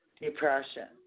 depression